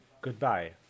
Goodbye